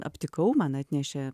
aptikau man atnešė